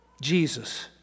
Jesus